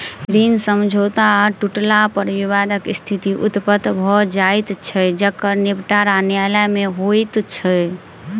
ऋण समझौता टुटला पर विवादक स्थिति उत्पन्न भ जाइत छै जकर निबटारा न्यायालय मे होइत छै